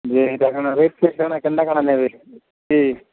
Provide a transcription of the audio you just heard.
ଯେ ଏଇଟା କାଣା ରେଟ୍ ସେ କାଣା କେନ୍ତା କାଣା ନେବେ ସେ